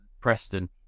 Preston